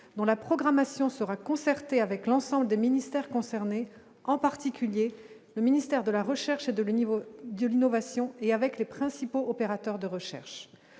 dont la programmation sera concertée avec l'ensemble des ministères concernés, en particulier le ministère de la recherche et de l'univers du l'innovation et avec les principaux opérateurs de recherche,